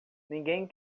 ninguém